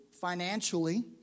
financially